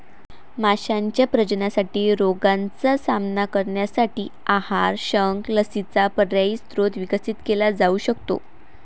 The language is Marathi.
माशांच्या प्रजननासाठी रोगांचा सामना करण्यासाठी आहार, शंख, लसींचा पर्यायी स्रोत विकसित केला जाऊ शकतो